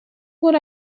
what